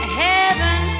heaven